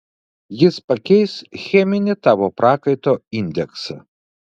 jis pakeis cheminį tavo prakaito indeksą